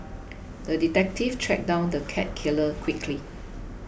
the detective tracked down the cat killer quickly